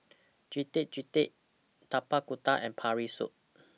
Getuk Getuk Tapak Kuda and Pork Rib Soup